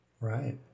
Right